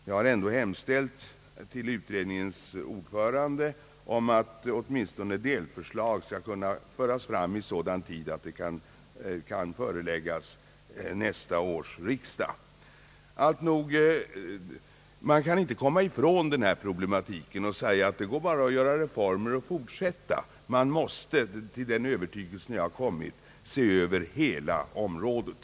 Jag har ändå hemställt till utredningens ordförande att åtminstone delförslag skall kunna föras fram i sådan tid att de kan föreläggas nästa års riksdag. Alltnog, man kan inte komma ifrån denna problematik och bara säga att det går att göra reformer. Enligt min övertygelse måste man se över hela området.